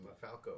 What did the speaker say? Falco